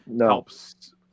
helps